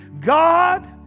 God